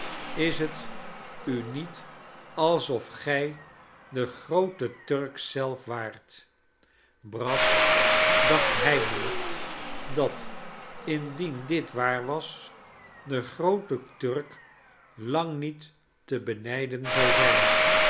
is het u niet alsof gij de groote turk zelf waart brass dacht heimelijk dat indien dit waar was de groote turk lang niet te benijden zou zijn